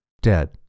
dead